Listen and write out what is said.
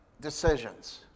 decisions